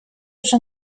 вже